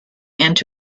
and